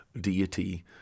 deity